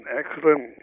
excellent